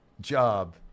job